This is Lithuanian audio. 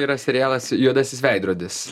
yra serialas juodasis veidrodis